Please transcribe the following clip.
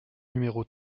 numéro